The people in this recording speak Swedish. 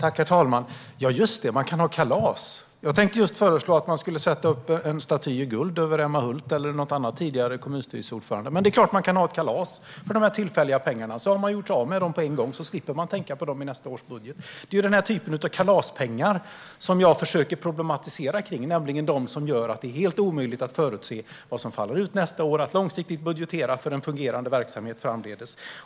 Herr talman! Just det - man kan ha kalas! Jag tänkte just föreslå att man skulle sätta upp en staty i guld över Emma Hult eller någon annan tidigare kommunstyrelseordförande. Men det är klart att man kan ha ett kalas för de här tillfälliga pengarna och göra av med dem på en gång så att man slipper tänka på dem i nästa års budget. Det är ju den här typen av kalaspengar som jag försöker problematisera kring, nämligen de som gör att det är helt omöjligt att förutse vad som faller ut nästa år och att långsiktigt budgetera för en fungerande verksamhet framdeles.